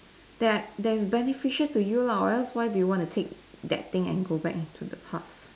that are that is beneficial to you lah or else why do you want to take that thing and go back into the past